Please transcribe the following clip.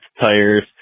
tires